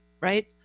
right